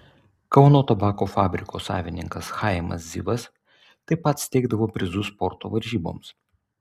kauno tabako fabriko savininkas chaimas zivas taip pat steigdavo prizus sporto varžyboms